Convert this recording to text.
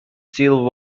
till